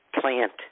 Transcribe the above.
plant